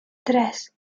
tres